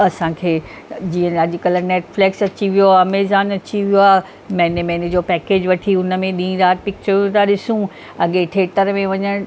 असांखे जीअं न अॼुकल्ह नेटफ्लेक्स अची वियो आहे अमेज़ॉन अची वियो आहे महिने महिने जो पॅकेज वठी उनमें ॾींहुं राति पिक्चरियूं था ॾिसूं अॻिए ठेटर में वञिणु